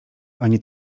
ani